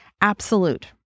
absolute